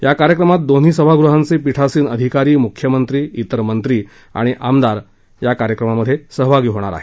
या कार्यक्रमात दोन्ही सभागृहांचे पीठासीन अधिकारी मुख्यमंत्री इतर मंत्री आणि आमदार या कार्यक्रमात सहभागी होणार आहेत